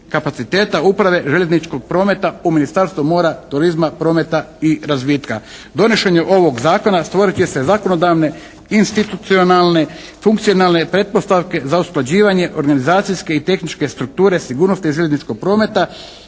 kapaciteta uprave željezničkog prometa u Ministarstvu mora, turizma, prometa i razvitka. Donošenjem ovog zakona stvorit će se zakonodavne, institucionalne, funkcionalne pretpostavke za usklađivanje organizacijske i tehničke strukture sigurnosti željezničkog prometa